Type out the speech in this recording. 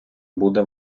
буде